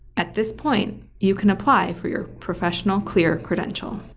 at this point, you can apply for your professional clear credential.